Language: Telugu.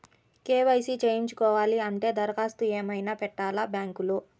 కే.వై.సి చేయించుకోవాలి అంటే దరఖాస్తు ఏమయినా పెట్టాలా బ్యాంకులో?